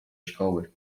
szkoły